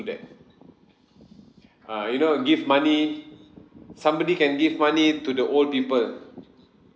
that uh you know give money somebody can give money to the old people